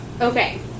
okay